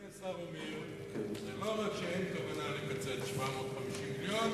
מה שאדוני השר אומר זה לא רק שאין כוונה לקצץ 750 מיליון,